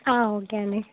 okay అండి